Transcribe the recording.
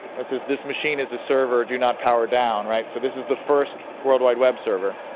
and says, this machine is a server. do not power down. right? so, this is the first world wide web server